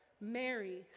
Mary